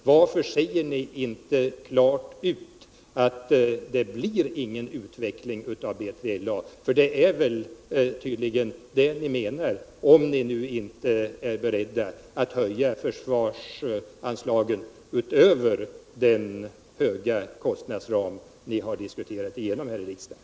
Varför säger ni inte klart ut att det inte blir någon utveckling av B3LA? För det är tydligen det ni menar, om ni nu inte är beredda att höja försvarsanslagen utöver den vida kostnadsram ni har fått igenom här i riksdagen.